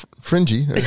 fringy